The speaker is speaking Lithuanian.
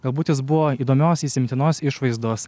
galbūt jis buvo įdomios įsimintinos išvaizdos